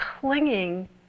clinging